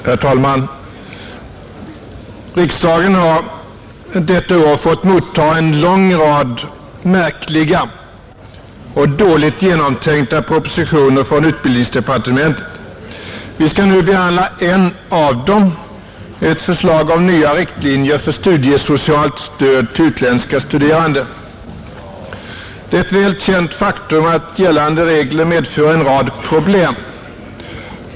Herr talman! Riksdagen har detta år fått mottaga en lång rad märkliga och dåligt genomtänkta propositioner från utbildningsdepartementet. Vi skall nu behandla en av dem, ett förslag till nya riktlinjer för studiesocialt stöd till utländska studerande, Det är ett väl känt faktum, att gällande regler medför en rad problem.